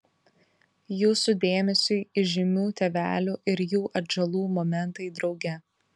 jūsų dėmesiui įžymių tėvelių ir jų atžalų momentai drauge